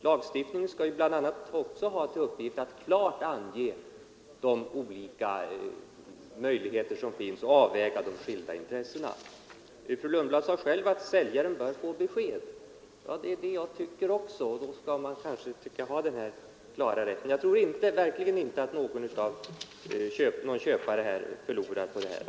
Lagstiftningen skall bl.a. ha till uppgift att klart ange de olika möjligheter som finns och avväga de skilda intressena. Fru Lundblad sade själv att säljaren bör få besked. Det är det jag också tycker, och därför anser jag att den här klara rätten bör finnas. Jag tror inte att någon köpare förlorar på en sådan skrivning.